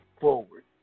forward